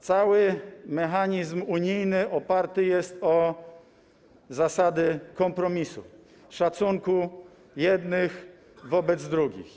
Cały mechanizm unijny oparty jest o zasady kompromisu, szacunku jednych wobec drugich.